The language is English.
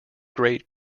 great